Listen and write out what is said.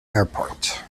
airport